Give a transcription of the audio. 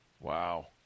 Wow